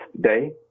day